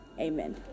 Amen